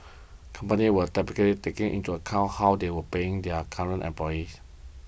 companies will typically take into account how they are paying their current employees